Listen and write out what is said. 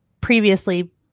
previously